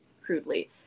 crudely